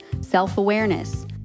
self-awareness